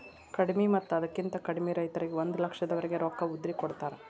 ಕಡಿಮಿ ಮತ್ತ ಅದಕ್ಕಿಂತ ಕಡಿಮೆ ರೈತರಿಗೆ ಒಂದ ಲಕ್ಷದವರೆಗೆ ರೊಕ್ಕ ಉದ್ರಿ ಕೊಡತಾರ